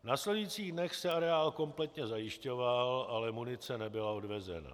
V následujících dnech se areál kompletně zajišťoval, ale munice nebyla odvezena.